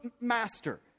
master